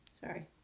Sorry